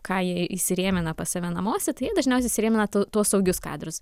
ką jie įsirėmina pas save namuose tai jie dažniausiai įsirėmina tau tuos saugius kadrus